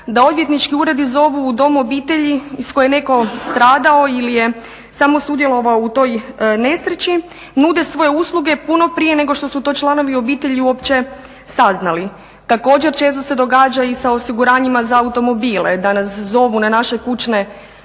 da odvjetnički uredi zovu u dom obitelji iz koje je netko stradao ili je samo sudjelovao u toj nesreći, nude svoje usluge puno prije nego što su to članovi obitelji uopće saznali. Također, često se događa i sa osiguranjima za automobile da nas zovu na naše kućne brojeve,